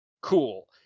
Cool